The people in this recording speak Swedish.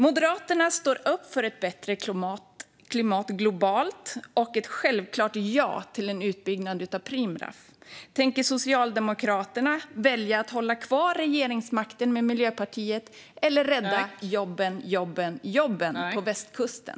Moderaterna står upp för ett bättre klimat globalt och för ett självklart ja till en utbyggnad av Preemraff. Tänker Socialdemokraterna välja att hålla kvar regeringsmakten med Miljöpartiet eller rädda jobben, jobben, jobben på västkusten?